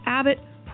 Abbott